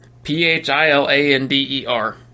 P-H-I-L-A-N-D-E-R